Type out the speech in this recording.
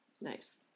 Nice